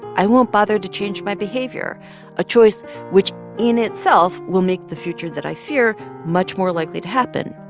i won't bother to change my behavior a choice which in itself, will make the future that i fear much more likely to happen.